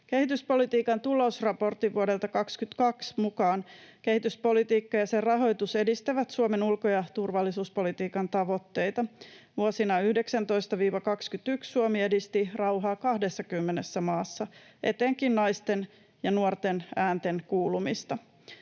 Kehityspolitiikan tulosraportin vuodelta 22 mukaan kehityspolitiikka ja sen rahoitus edistävät Suomen ulko- ja turvallisuuspolitiikan tavoitteita. Vuosina 19—21 Suomi edisti rauhaa 20 maassa, etenkin naisten ja nuorten äänten kuulumista.